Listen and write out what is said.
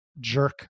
jerk